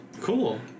Cool